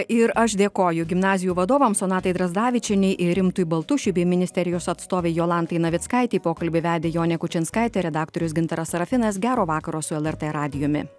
ir aš dėkoju gimnazijų vadovams sonatai drazdavičienei ir rimtui baltušiui bei ministerijos atstovei jolantai navickaitei pokalbį vedė jonė kučinskaitė redaktorius gintaras sarafinas gero vakaro su lrt radijumi